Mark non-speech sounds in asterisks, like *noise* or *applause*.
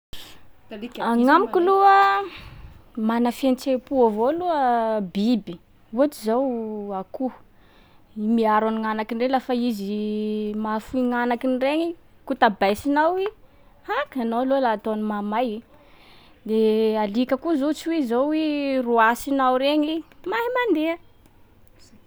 *noise* Agnamiko aloha a, mana fihetsem-po avao aloha biby. Ohatsy zao akoho, miaro agn'agnakiny reny lafa izy mahafoy gn'agnakiny regny, kotabaisinao i, ha! ka anao aloha la ataony mahamay. De alika koa zao ohatsy hoe zao hoe roasinao regny, mahay mandeha.